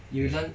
mm